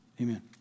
Amen